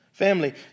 Family